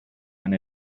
and